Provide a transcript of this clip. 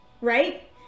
Right